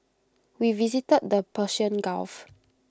we visited the Persian gulf